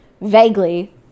vaguely